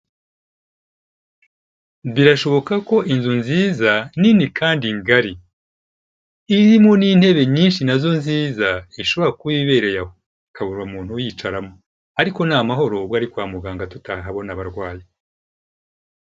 Birashoboka ko inzu nziza nini kandi ngari, irimo n'intebe nyinshi nazo nziza ishobora kuba ibereye aho ikabura muntu uyicaramo, ariko ni amahoro ubwo ari kwa muganga tutahabona abarwayi.